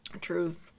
Truth